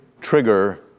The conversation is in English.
trigger